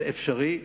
זה אפשרי,